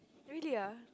really ah